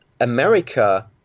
America